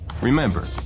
Remember